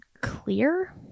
clear